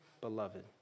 beloved